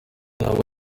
n’abo